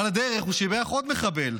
על הדרך הוא שיבח עוד מחבל,